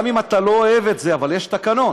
גם אם אתה לא אוהב את זה, יש תקנון.